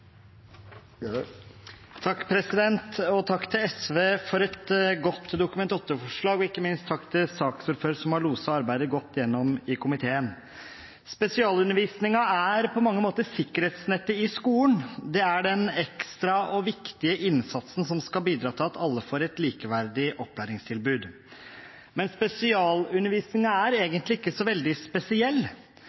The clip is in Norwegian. Takk til SV for et godt Dokument 8-forslag, og ikke minst takk til saksordføreren, som har loset arbeidet godt igjennom i komiteen. Spesialundervisningen er på mange måter sikkerhetsnettet i skolen. Det er den ekstra og viktige innsatsen som skal bidra til at alle får et likeverdig opplæringstilbud. Men spesialundervisningen er egentlig ikke så veldig spesiell,